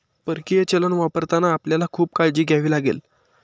परकीय चलन वापरताना आपल्याला खूप काळजी घ्यावी लागेल